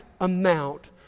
amount